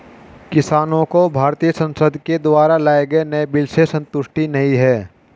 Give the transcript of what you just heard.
किसानों को भारतीय संसद के द्वारा लाए गए नए बिल से संतुष्टि नहीं है